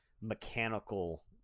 mechanical